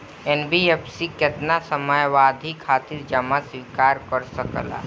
NBFC केतना समयावधि खातिर जमा स्वीकार कर सकला?